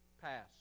pass